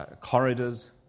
Corridors